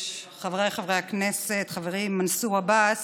חבריי חברי הכנסת, חברי מנסור עבאס,